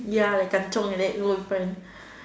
ya like kanchiong like that roll in front